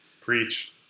Preach